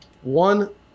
One